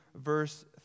verse